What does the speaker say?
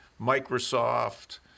Microsoft